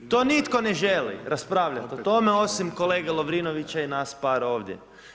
To nitko ne želi raspravljati o tom osim kolege Lovrinovića i nas par ovdje.